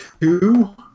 two